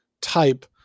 type